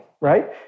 right